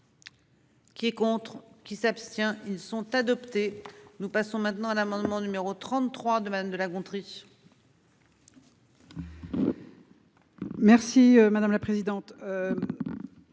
Qui est contre qui s'abstient. Ils sont adoptés. Nous passons maintenant à l'amendement numéro 33 de madame de La Gontrie. Merci madame la présidente.